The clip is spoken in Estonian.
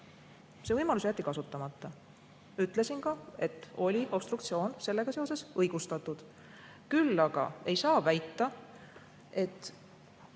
See võimalus jäeti kasutamata. Ütlesin ka, et obstruktsioon oli sellega seoses õigustatud. Küll aga ei saa väita, et